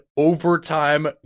overtime